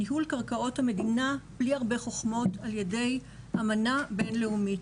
ניהול קרקעות המדינה בלי הרבה חוכמות על ידי אמנה בין לאומית,